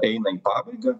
eina į pabaigą